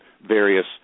various